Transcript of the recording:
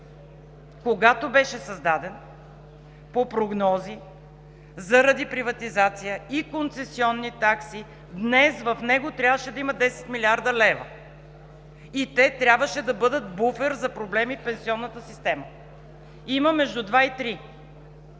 Когато беше създаден по прогнози, заради приватизация и концесионни такси, днес в него трябваше да има 10 млрд. лв. и те трябваше да бъдат буфер за проблемите в пенсионната система. Има между два и